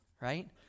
right